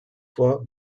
vor